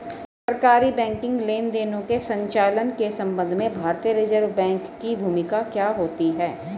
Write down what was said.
सरकारी बैंकिंग लेनदेनों के संचालन के संबंध में भारतीय रिज़र्व बैंक की भूमिका क्या होती है?